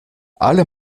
alle